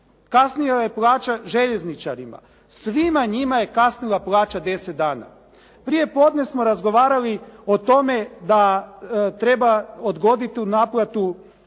kasnila je plaća željezničarima. Svima njima je kasnila plaća deset dana. Prijepodne smo razgovarali o tome da treba odgoditi tu naplatu